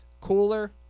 Cooler